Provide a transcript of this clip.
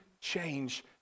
change